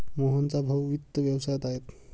मोहनचा भाऊ वित्त व्यवसायात आहे